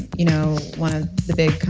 you know, one of the big